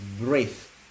breath